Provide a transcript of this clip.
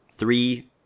Three